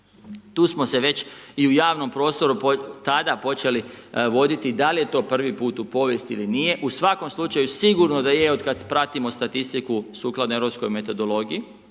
Tu smo se već i u javnom prostoru tada počeli voditi, da li je to prvi put u povijesti ili nije, u svakom slučaju sigurno da je otkad pratimo statistiku sukladno europskoj metodologiji